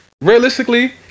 realistically